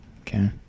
Okay